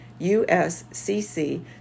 USCC